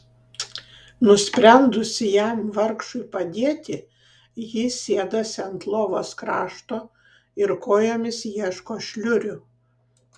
nusprendusi jam vargšui padėti ji sėdasi ant lovos krašto ir kojomis ieško šliurių